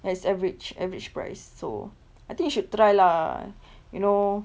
ya it's average average price so I think you should try lah you know